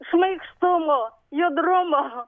šmaikštumo judrumo